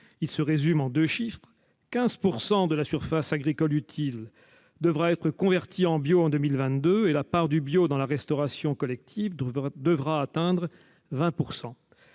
ils se résument en deux chiffres : 15 % de la surface agricole utile (SAU) devra être convertie en bio en 2022 et la part du bio dans la restauration collective devra atteindre 20 %.